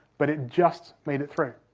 but it just made it through.